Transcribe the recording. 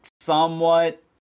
somewhat